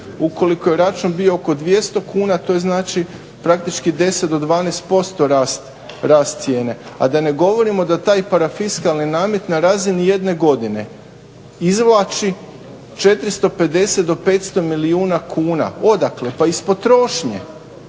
Ukoliko je račun bio oko 200 kuna to je znači praktički 10 do 12% rast cijene. A da ne govorimo da taj parafiskalni namet na razini jedne godine izvlači 450 do 500 milijuna kuna. Odakle? Pa iz potrošnje,